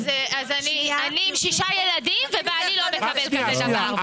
אז אני עם שישה ילדים, ובעלי לא מקבל כזה דבר.